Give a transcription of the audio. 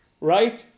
right